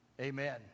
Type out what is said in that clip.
Amen